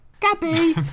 Gabby